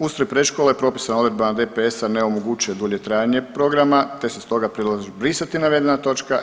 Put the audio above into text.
Ustroj predškole je propisan odredbama DPS-a, ne omogućuje dulje trajanje programa te se stoga predlažu brisati navedena točka.